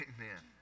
Amen